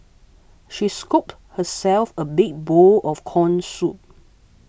she scooped herself a big bowl of Corn Soup